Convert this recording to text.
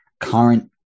current